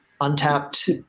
Untapped